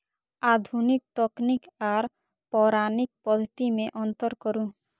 आधुनिक तकनीक आर पौराणिक पद्धति में अंतर करू?